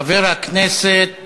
חבר הכנסת